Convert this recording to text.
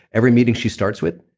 every meeting she starts with,